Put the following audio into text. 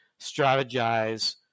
strategize